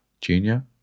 Junior